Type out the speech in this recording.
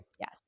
yes